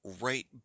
right